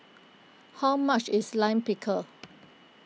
how much is Lime Pickle